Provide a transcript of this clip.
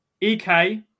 Ek